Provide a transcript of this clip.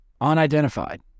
Unidentified